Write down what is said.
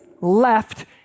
left